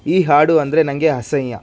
ಈ ಹಾಡು ಅಂದರೆ ನನಗೆ ಅಸಹ್ಯ